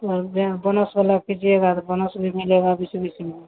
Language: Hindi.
और बोनस वाला कीजिएगा तो बोनस भी मिलेगा बीच बीच में